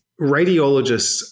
radiologists